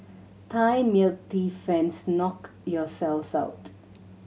Thai milk tea fans knock yourselves out